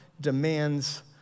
demands